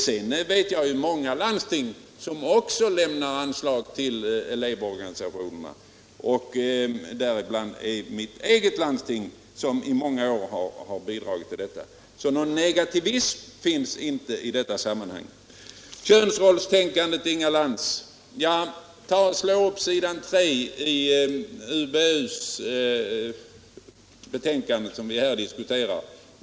Jag känner dessutom till att många landsting lämnar anslag till elevorganisationerna, bl.a. mitt eget landsting har gjort det i många år. Någon negativism finns således inte i detta sammanhang. Inga Lantz tog upp frågan om könsrollstänkandet. Jag vill bara be Inga Lantz att slå upp s. 3 i utbildningsutskottets betänkande som vi här diskuterar.